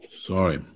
Sorry